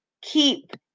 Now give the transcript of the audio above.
keep